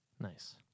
Nice